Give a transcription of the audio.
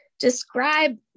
Describe